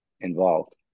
involved